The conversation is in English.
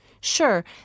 Sure